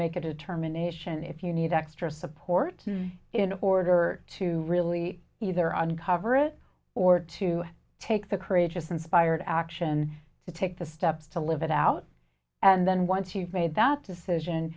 make a determination if you need extra support in order to really either uncover it or to take the courageous inspired action to take the steps to live it out and then once you've made that decision